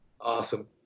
Awesome